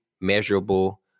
Measurable